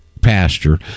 pasture